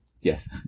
Yes